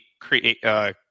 create